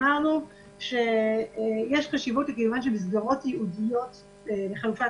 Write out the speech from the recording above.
אמרנו שיש חשיבות לקיומן של מסגרות ייעודיות לחלופת